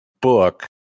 book